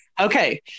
Okay